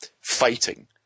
fighting